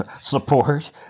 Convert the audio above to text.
support